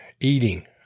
eating